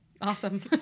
Awesome